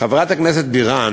חברת הכנסת בירן